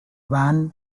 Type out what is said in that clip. van